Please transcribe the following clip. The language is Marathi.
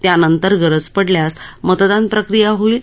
त्यानंतर गरज पडल्यास मतदान प्रक्रिया होईल